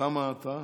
כמה אתה?